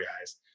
guys